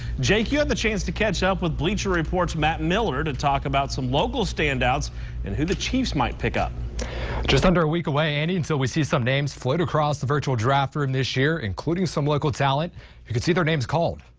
jake you had and the chance to catch up with bleacher report's matt miller to talk about some local standouts and who the chiefs might pick. just under a week away andy until we see some names float across the virtual draft room this year. including, some local talent who could see their names called.